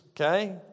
okay